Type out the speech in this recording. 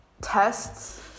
tests